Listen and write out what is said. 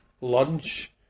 lunch